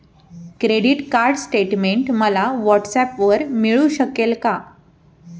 Credit card statement मला व्हॉट्सऍपवर मिळू शकेल का?